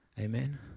Amen